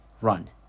run